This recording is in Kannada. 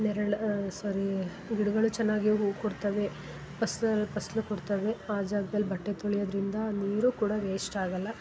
ನೆರಳ್ ಸಾರಿ ಗಿಡಗಳು ಚೆನ್ನಾಗಿ ಹೂ ಕೊಡ್ತೇವೆ ಫಸ್ಲ್ ಫಸ್ಲ್ ಕೊಡ್ತವೆ ಆ ಜಾಗ್ದಲ್ಲಿ ಬಟ್ಟೆ ತೊಳಿಯೋದರಿಂದ ನೀರು ಕೂಡ ವೇಸ್ಟ್ ಆಗಲ್ಲ